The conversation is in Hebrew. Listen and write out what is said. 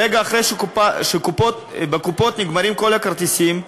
רגע אחרי שבקופות נגמרים כל הכרטיסים,